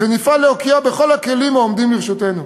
ונפעל להוקיעה בכל הכלים העומדים לרשותנו.